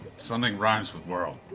something rhymes with world.